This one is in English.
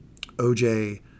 oj